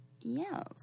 Yes